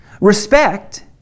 Respect